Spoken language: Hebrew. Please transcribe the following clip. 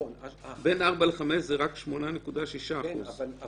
אלה רק 8.6%. נכון, אבל